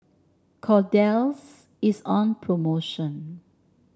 kordel's is on promotion